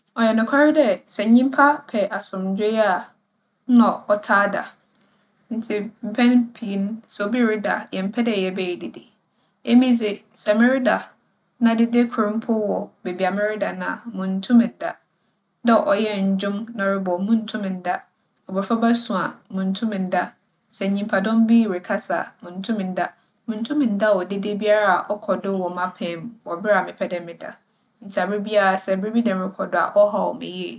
ͻyɛ nokwar dɛ sɛ nyimpa pɛ asomdwee a nna ͻtaa da. Ntsi mpɛn pii no, sɛ obi reda a, yɛmmpɛ dɛ yɛbɛyɛ dede. Emi dze, sɛ mereda na dede kor mpo wͻ beebi a mereda no a, munntum nnda. Dɛ ͻyɛ ndwom na ͻrobͻ, munntum nnda, abofraba su a, munntum nnda. Sɛ nyimpadͻm bi rekasa a munntum nnda. Munntum nnda wͻ dede biara a ͻkͻ do wͻ m'apaamu wͻ ber a mepɛ dɛ meda. Ntsi aberbiara sɛ biribi dɛm rokͻ do a ͻhaw me yie.